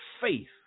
faith